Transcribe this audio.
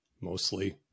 mostly